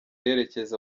yerekeza